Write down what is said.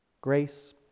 Grace